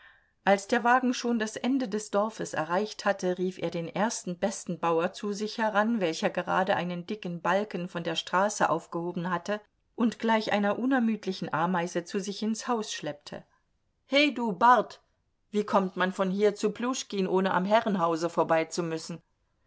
als der wagen schon das ende des dorfes erreicht hatte rief er den ersten besten bauer zu sich heran welcher gerade einen dicken balken von der straße aufgehoben hatte und gleich einer unermüdlichen ameise zu sich ins haus schleppte he du bart wie kommt man von hier zu pljuschkin ohne am herrenhause vorbei zu müssen